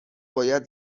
باید